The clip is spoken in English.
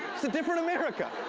it's a different america.